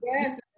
Yes